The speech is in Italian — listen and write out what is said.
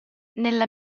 nella